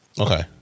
okay